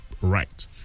right